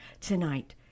tonight